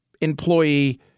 employee